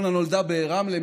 אורנה נולדה ברמלה.